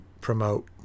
promote